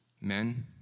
Men